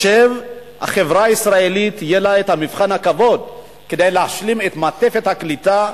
החברה הישראלית יהיה לה מבחן הכבוד כדי להשלים את מעטפת הקליטה,